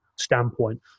standpoint